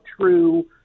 true